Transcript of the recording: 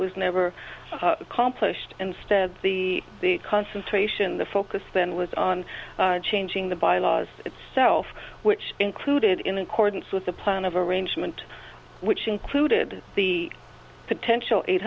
was never accomplished instead the the concentration the focus then was on changing the bylaws itself which included in accordance with the plan of arrangement which included the potential eight